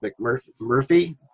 McMurphy